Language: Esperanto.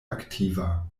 aktiva